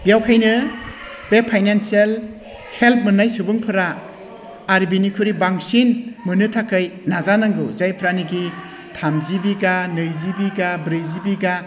बेनिखायनो बे financial help मोननाय सुबुंफोरा आरो बिनिख्रुइ बांसिन मोननो थाखाय नाजानांगौ जायफ्रानाखि थामजि बिघा नैजि बिघा ब्रैजि बिघा